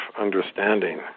understanding